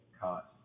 cost